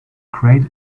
great